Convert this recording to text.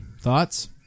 thoughts